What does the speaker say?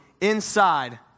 inside